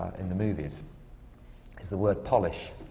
in the movies is the word polish.